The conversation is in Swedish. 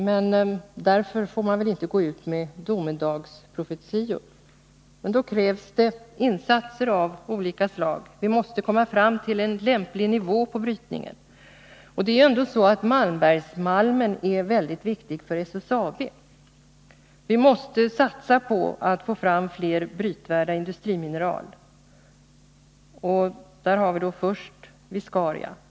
Men därför får man väl inte gå ut med domedagsprofetior, utan då krävs det insatser av olika slag. Vi måste komma fram till en lämplig nivå på brytningen. Det är ändå så att Malmbergsmalmen är väldigt viktig för SSAB. Vi måste satsa på att få fram fler brytvärda industrimineral, och där har vi då först viscaria.